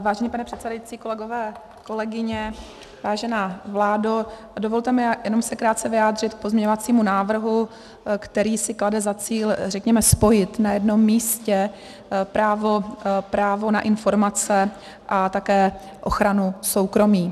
Vážený pane předsedající, kolegové, kolegyně, vážená vládo, dovolte mi se jenom krátce vyjádřit k pozměňovacímu návrhu, který si klade za cíl řekněme spojit na jednom místě právo na informace a také ochranu soukromí.